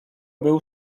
był